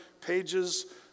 pages